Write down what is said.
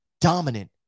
dominant